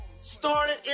started